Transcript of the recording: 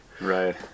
Right